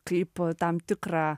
kaip tam tikrą